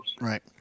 Right